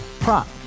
Prop